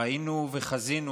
ראינו וחזינו